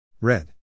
Red